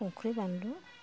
संख्रि बानलु